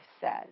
says